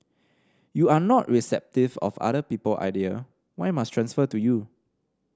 you not receptive of other people idea why must transfer to you